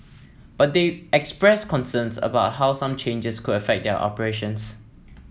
but they expressed concerns about how some changes could affect their operations